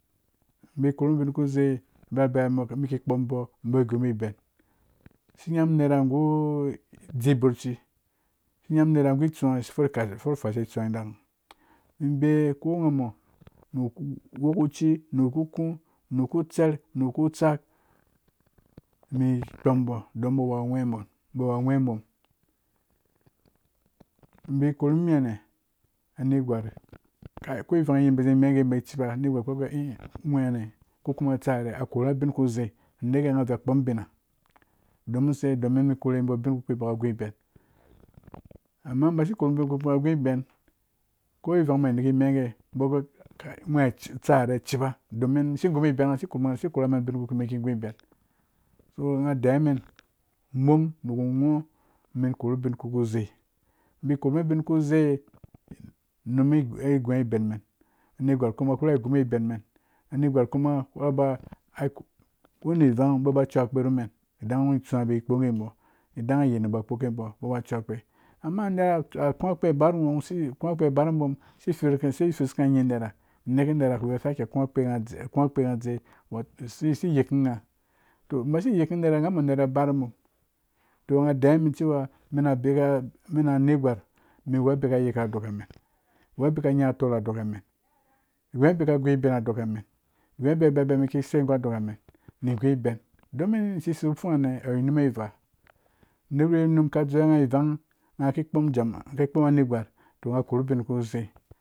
Bai korhum ubin kuzei birade mu ki kpombo ubo gubo ben isi nyan un unera gu ji borci isi nyamum unera gu tsuwa for faise tsuwa ha dakum ibeye ko nghamo nu wokuci nu kuku nu ku tser nu ku tsak mum kpombo dom umbo awu agweemum ubo awu agweemum bai korhum nimiha kai ko ivan yim bazi megee ba ciba anegwar kpɛɛ gergee ugwɛɛhane ko kuma utsaha ni a korhu ngha ubin ku zei u neke ngha za kpom ubina domin se domin mum korhuwe ubo ubinkpi umbo ka gũ iben, amma basi korbum ubinkpi bo ka gu ben ko vanghum naki megee ubo kpe gorgee utsa re a ciba domin asi karhamen ubin men ki gu uben so ngha deiwa men mum nuku ngho men krohu ubin ku zei unum ai gu iben men negwar unum ai gũ ibenmen negwar kuma fura gubo ben men a negwar kuma ko ben men a negwar kuma ko ben vang aba ciu akpe rumen idan itsuwa bai kpogee bo idan ayetnum ba kpoke ba ubo ba cu akpe amma unera kũ akpe a ba ru ngho kũ akpe aba numun mun si. fisikũ anyi nera neke nera fura saki ku kpe ngha dze si yikungha to basi jikum nera agwãmo nera baru mum to angha deiwa bi cewa mena bika mena negwar me uwu bima yika a dokamun iwu bika nya a tor a dokamin iwu bika guben a dokamen iwu birade menki sei gu dokamen gũ iben domin sisei nu fungha ne awu numvaa unerwi unum ka dzowe ngha vanghki kpoma anetgwar to ngha korhu ubin ku zei.